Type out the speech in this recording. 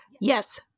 Yes